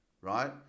right